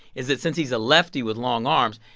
is that since he's a lefty with long arms,